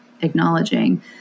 acknowledging